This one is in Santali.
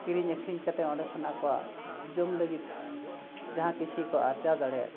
ᱠᱤᱨᱤᱧ ᱟᱹᱠᱷᱨᱤᱧ ᱠᱟᱛᱮᱫ ᱚᱸᱰᱮ ᱠᱷᱚᱱ ᱟᱠᱚᱣᱟᱜ ᱡᱚᱢ ᱞᱟᱹᱜᱤᱫ ᱡᱟᱦᱟᱸ ᱠᱤᱪᱷᱩ ᱠᱚ ᱟᱨᱡᱟᱣ ᱫᱟᱲᱮᱭᱟᱜ ᱠᱟᱱᱟ